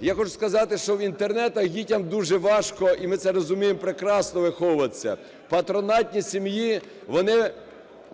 Я хочу сказати, що в інтернатах дітям дуже важко, і ми це розуміємо прекрасно, виховуватися. В патронатній сім'ї